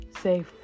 say